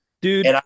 Dude